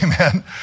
Amen